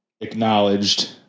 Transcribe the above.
acknowledged